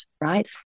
right